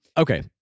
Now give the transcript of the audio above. Okay